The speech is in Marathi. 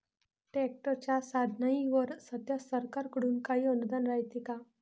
ट्रॅक्टरच्या साधनाईवर सध्या सरकार कडून काही अनुदान रायते का?